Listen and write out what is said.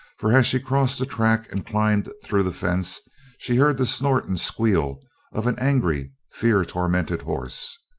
for as she crossed the track and climbed through the fence she heard the snort and squeal of an angry, fear-tormented horse.